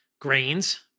grains